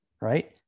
Right